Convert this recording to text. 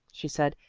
she said,